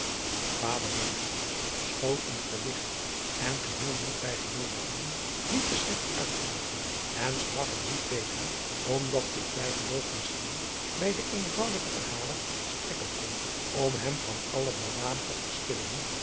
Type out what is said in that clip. ader schoon een verlicht en geheel niet bijgeloovig man liet den schipper uitpraten en sprak hem niet tegen omdat dit bijgeloof misschien bij den eenvoudigen verhaler strekken kon om hem van alle baldadige